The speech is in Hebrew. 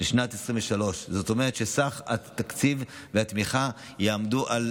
לשנת 2023. זאת אומרת שסך התקציב והתמיכה יעמדו על